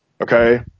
Okay